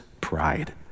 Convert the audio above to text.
pride